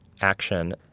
action